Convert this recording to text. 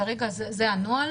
כרגע זה הנוהל.